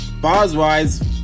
bars-wise